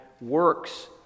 works